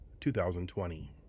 2020